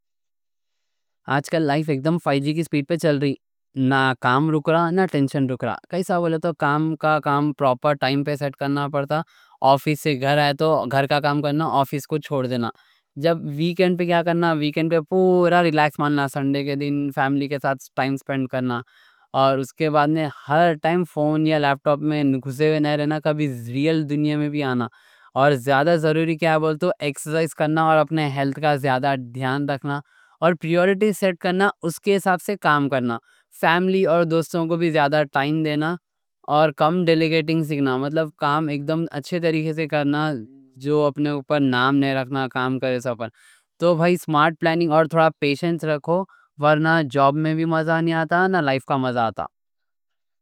آج کل لائف اکدم فائیو جی کی سپیڈ پہ چل رہی، نہ کام رکھ رہا نہ ٹینشن رکھ رہا۔ کیسا بولے تو کام کا کام پروپر ٹائم پہ سیٹ کرنا پڑتا۔ آفس سے گھر آئے تو گھر کا کام کرنا، آفس کو چھوڑ دینا۔ جب ویکنڈ پہ کیا کرنا؟ ویکنڈ پہ پورا ریلیکس ماننا، سنڈے کے دن فیملی کے ساتھ ٹائم سپینڈ کرنا۔ اور اس کے بعد میں ہر ٹائم فون یا لیپ ٹاپ میں گھسے ہوئے نہ رہنا، کبھی ریئل دنیا میں بھی آنا۔ اور زیادہ ضروری کیا بولے تو ایکسسائز کرنا اور اپنے ہیلتھ کا زیادہ دھیان رکھنا۔ اور پریورٹی سیٹ کرنا، اس کے حساب سے کام کرنا۔ فیملی اور دوستوں کو بھی زیادہ ٹائم دینا اور کم ڈیلیگیٹنگ سیکھنا۔ مطلب کام اکدم اچھے طریقے سے کرنا، جو اپنے اوپر نام نہ رکھنا۔ کام کرے سا پر تو بھائی، سمارٹ پلاننگ اور تھوڑا پیشنٹ رکھو، ورنہ جاب میں بھی مزہ نہیں آتا نہ لائف کا مزہ آتا۔